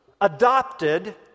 adopted